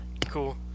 Cool